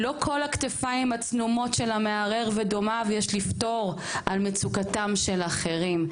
לא כל הכתפיים הצנומות של המערער ודומיו יש לפתור על מצוקתם של אחרים."